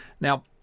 Now